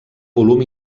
volum